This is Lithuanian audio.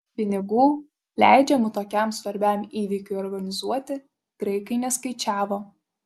pinigų leidžiamų tokiam svarbiam įvykiui organizuoti graikai neskaičiavo